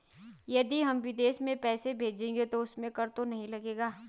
यदि हम विदेश में पैसे भेजेंगे तो उसमें कर तो नहीं लगेगा?